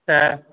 तऽ